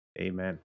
Amen